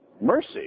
mercy